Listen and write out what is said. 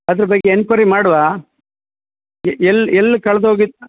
ಅದ್ರ ಬಗ್ಗೆ ಎನ್ಕ್ವೇರಿ ಮಾಡುವ ಎಲ್ಲಿ ಎಲ್ಲಿ ಕಳ್ದೋಗಿದ್ದು